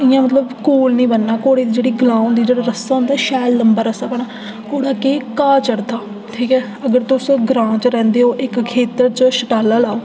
इ'यां मतलब कोह्ल निं बनना घोड़े दी जेह्ड़ी गल्ला होंदी घोड़े दा जेह्ड़ा रस्सा होंदा शैल लम्बा रस्सा पाना घोड़ा केह् घाऽ चरदा ठीक ऐ अगर तुस ग्रांऽ च रौंह्दे ओ इक खेतर च छटाला लाओ